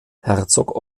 herzog